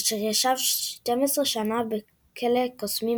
אשר ישב שתים עשרה שנה בכלא הקוסמים,